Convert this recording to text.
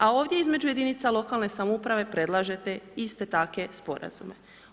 A ovdje između jedinica lokalne samouprave predlažete iste takve sporazume.